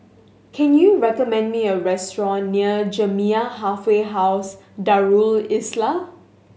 can you recommend me a restaurant near Jamiyah Halfway House Darul Islah